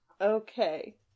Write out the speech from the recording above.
Okay